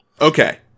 okay